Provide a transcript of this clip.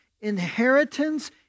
inheritance